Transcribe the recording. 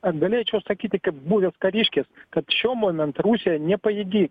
ar galėčiau sakyti kaip buvęs kariškis kad šiuo momentu rusija nepajėgi